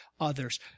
others